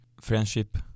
friendship